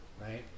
right